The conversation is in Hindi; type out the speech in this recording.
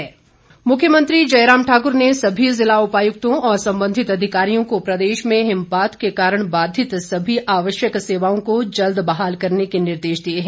जयराम मुख्यमंत्री जयराम ठाकुर ने सभी जिला उपायुक्तों और संबंधित अधिकारियों को प्रदेश में हिमपात के कारण बाधित सभी आवश्यक सेवाओं को जल्द बहाल करने के निर्देश दिए हैं